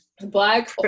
Black